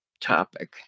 topic